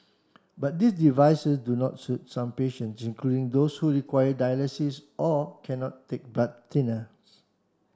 but these devices do not suit some patients including those who require dialysis or cannot take blood thinners